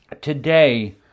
today